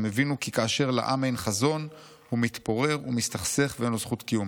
הם הבינו כי כאשר לעם אין חזון הוא מתפורר ומסתכסך ואין לו זכות קיום.